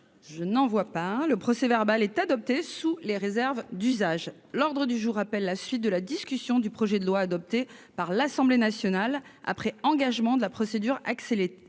d'observation ?... Le procès-verbal est adopté sous les réserves d'usage. L'ordre du jour appelle la suite de la discussion du projet de loi, adopté par l'Assemblée nationale après engagement de la procédure accélérée,